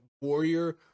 Warrior